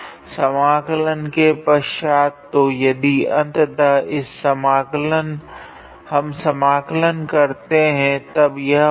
समाकलन के पश्चात् तो यदि अंततः हम समाकलन करते है तब यह होगा